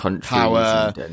power